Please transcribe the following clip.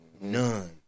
None